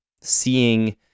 seeing